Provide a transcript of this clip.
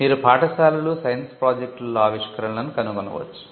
మీరు పాఠశాలలు సైన్స్ ప్రాజెక్టులలో ఆవిష్కరణలను కనుగొనవచ్చు